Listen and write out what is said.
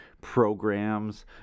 programs